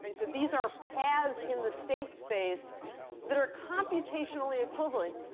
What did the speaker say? but so these are paths in the state space that are computationally equivalent.